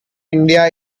india